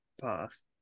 pass